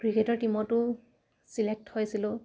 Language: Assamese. ক্ৰিকেটৰ টীমতো ছিলেক্ট হৈছিলোঁ